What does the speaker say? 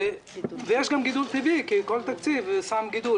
ויש גם גידול טבעי, כי כל תקציב מוסיף גידול.